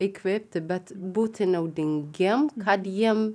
įkvėpti bet būti naudingiem kad jiem